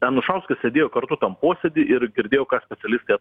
anušauskas sėdėjo kartu tam posėdy ir girdėjo kas specialistai